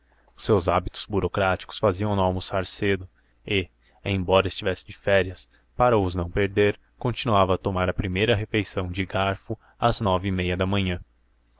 os seus hábitos burocráticos faziam no almoçar cedo e embora estivesse de férias para os não perder continuava a tomar a primeira refeição de garfo às nove e meia da manhã